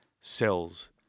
cells